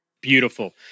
Beautiful